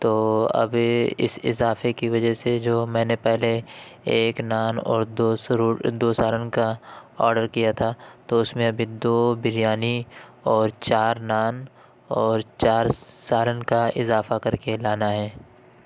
تو ابھی اس اضافے کی وجہ سے جو میں نے پہلے ایک نان اور دو سروڑ دو سالن کا آڈر کیا تھا تو اس میں ابھی دو بریانی اور چار نان اور چار سالن کا اضافہ کر کے لانا ہے